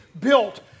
built